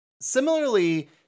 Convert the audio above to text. similarly